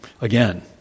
Again